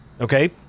Okay